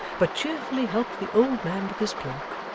but cheerfully helped the old man with his cloak,